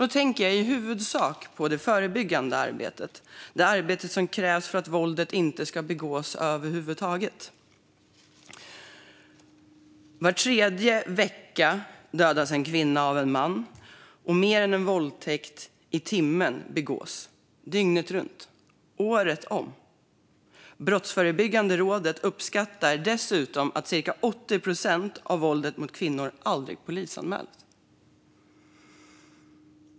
Då tänker jag i huvudsak på det förebyggande arbetet, det arbete som krävs för att våldet över huvud taget inte ska begås. Var tredje vecka dödas en kvinna av en man, och mer än en våldtäkt i timmen begås - dygnet runt, året om. Brottsförebyggande rådet uppskattar dessutom att cirka 80 procent av våldet mot kvinnor aldrig polisanmäls.